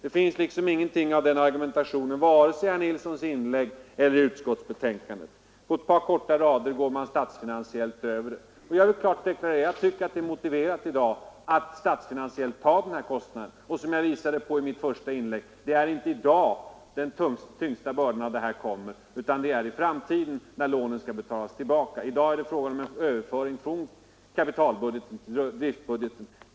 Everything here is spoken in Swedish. Det finns ingenting av den argumentationen i vare sig herr Nilssons inlägg eller utskottsbetänkandet. På ett par korta rader går man statsfinansiellt förbi det. Jag vill deklarera att det enligt min mening är motiverat att statsfinansiellt ta denna kostnad. Som jag påvisade i mitt första inlägg är det inte i dag som den tyngsta bördan av en uppräkning av bidraget kommer, utan det är i framtiden när lånen skall betalas tillbaka. I dag är det fråga om en överföring från kapitalbudgeten till driftbudgeten.